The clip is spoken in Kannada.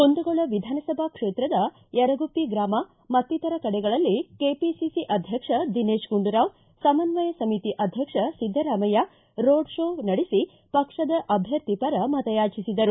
ಕುಂದಗೋಳ ವಿಧಾನಸಭಾ ಕ್ಷೇತ್ರದ ಯರಗುಪ್ಪಿ ಗ್ರಾಮ ಮತ್ತಿತರ ಕಡೆಗಳಲ್ಲಿ ಕೆಪಿಸಿಸಿ ಅಧ್ಯಕ್ಷ ದಿನೇತ್ ಗುಂಡೂರಾವ್ ಸಮನ್ವಯ ಸಮಿತಿ ಅಧ್ಯಕ್ಷ ಸಿದ್ದರಾಮಯ್ಯ ರೋಡ್ ಶೋ ನಡೆಸಿ ಪಕ್ಷದ ಅಭ್ಯರ್ಥಿ ಪರ ಮತಯಾಚಿಸಿದರು